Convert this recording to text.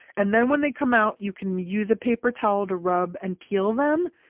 and then when they come out you can use a paper towel to rub and peel them,